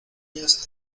niñas